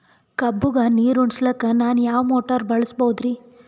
ಕಬ್ಬುಗ ನೀರುಣಿಸಲಕ ನಾನು ಯಾವ ಮೋಟಾರ್ ಬಳಸಬಹುದರಿ?